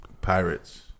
pirates